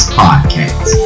podcast